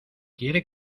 quiere